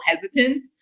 hesitant